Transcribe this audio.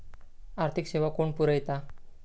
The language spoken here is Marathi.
आर्थिक सेवा कोण पुरयता?